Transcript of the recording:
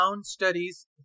Studies